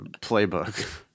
playbook